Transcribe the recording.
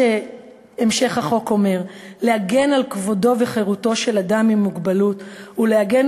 המשך החוק אומר: "להגן על כבודו וחירותו של אדם עם מוגבלות ולעגן